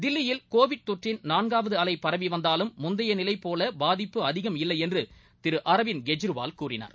தில்லியில் கோவிட் தொற்றின் நான்காவதுஅலைபரவிவந்தாலும் முந்தையநிலைபோலபாதிப்பு அதிகம் இல்லைஎன்றுதிருஅரவிந்த் கெஜ்ரிவால் கூறினார்